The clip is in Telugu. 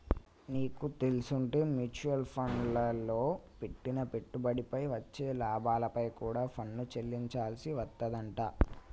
నీకు తెల్సుంటే మ్యూచవల్ ఫండ్లల్లో పెట్టిన పెట్టుబడిపై వచ్చే లాభాలపై కూడా పన్ను చెల్లించాల్సి వత్తదంట